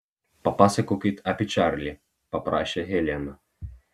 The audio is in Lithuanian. papasakokit apie čarlį paprašė helena